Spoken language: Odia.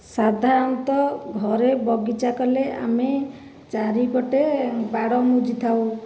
ସାଧାରଣତଃ ଘରେ ବଗିଚା କଲେ ଆମେ ଚାରିପଟେ ବାଡ଼ ବୁଜିଥାଉ